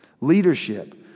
leadership